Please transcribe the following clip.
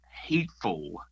hateful